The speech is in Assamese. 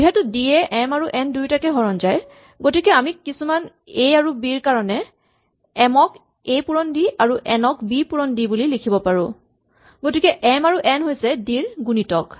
যিহেতু ডি য়ে এম আৰু এন দুয়োটাকে হৰণ যায় গতিকে আমি কিছুমান এ আৰু বি ৰ কাৰণে এম ক এ পুৰণ ডি আৰু এন ক বি পুৰণ ডি বুলি লিখিব পাৰো গতিকে এম আৰু এন হৈছে ডি ৰ গুণিতক